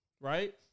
right